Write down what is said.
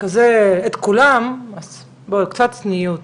את כולם, אז בואו, קצת צניעות,